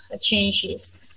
changes